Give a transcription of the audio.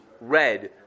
red